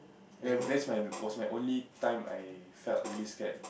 when that's my was my only time I felt really scared